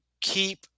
keep